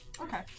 Okay